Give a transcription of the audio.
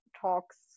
talks